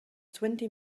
twenty